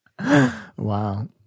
Wow